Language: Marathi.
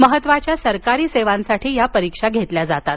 महत्त्वाच्या सरकारी सेवांसाठी या परीक्षा घेतल्या जातात